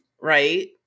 right